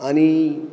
आणि